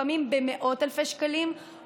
לפעמים במאות אלפי שקלים,